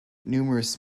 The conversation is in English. numerous